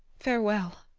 farewell!